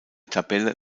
tabelle